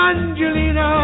Angelina